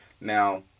Now